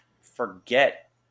forget